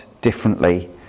differently